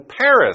Paris